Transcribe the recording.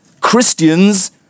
Christians